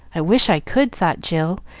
i wish i could! thought jill,